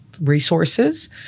resources